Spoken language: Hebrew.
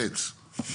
מי מתפרץ?